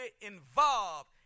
involved